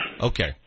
Okay